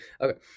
okay